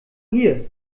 hier